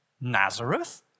Nazareth